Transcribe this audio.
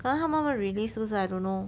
then 他慢慢 released 是不是 I don't know